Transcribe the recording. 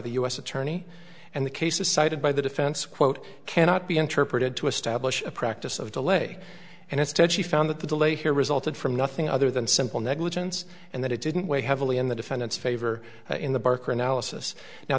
the u s attorney and the cases cited by the defense quote cannot be interpreted to establish a practice of de lay and instead she found that the delay here resulted from nothing other than simple negligence and that it didn't weigh heavily in the defendant's favor in the barker analysis now